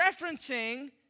referencing